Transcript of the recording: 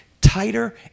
tighter